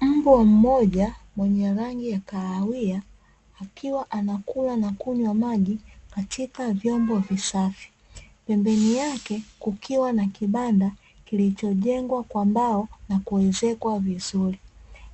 Mbwa mmoja mwenye rangi ya kahawia akiwa anakula na kunywa maji katika vyombo visafi, pembeni yake kukiwa na kibanda kilicho jengwa kwa mbao na kuezekwa vizuri